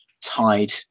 tied